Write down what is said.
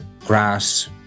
grass